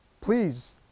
please